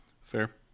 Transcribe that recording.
Fair